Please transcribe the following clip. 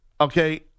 okay